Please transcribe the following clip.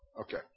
Okay